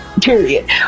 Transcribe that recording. period